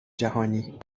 جهانی